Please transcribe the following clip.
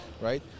right